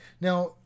Now